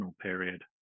period